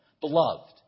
Beloved